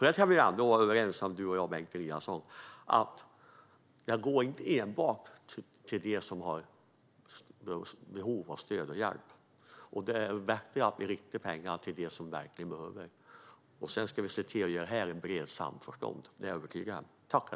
Det kan vi väl ändå vara överens om, du och jag, Bengt Eliasson: Skattepengarna går inte enbart till dem som har behov av stöd och hjälp. Det är vettigare att vi riktar pengarna till dem som verkligen behöver det. Sedan ska vi se till att göra detta i brett samförstånd; det är jag övertygad om.